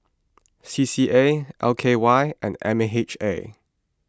C C A L K Y and M H A